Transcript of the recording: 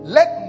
Let